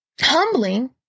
Humbling